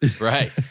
Right